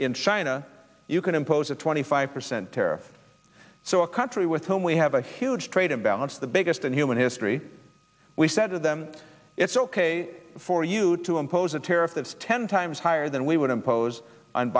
in china you can impose a twenty five percent tariff so a country with whom we have a huge trade imbalance the biggest in human history we said to them it's ok for you to impose a tariff that's ten times higher than we would impose on